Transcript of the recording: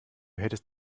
hättest